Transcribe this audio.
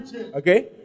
okay